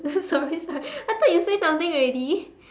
sorry sorry I thought you said something already